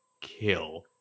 kill